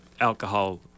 alcohol